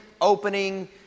opening